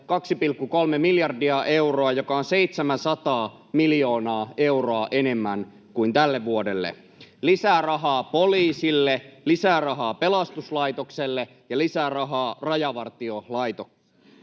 2,3 miljardia euroa, mikä on 700 miljoonaa euroa enemmän kuin tälle vuodelle. Lisää rahaa poliisille, lisää rahaa pelastuslaitokselle ja lisää rahaa Rajavartiolaitokselle.